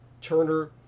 Turner